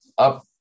Up